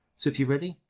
so if you're ready,